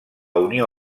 unió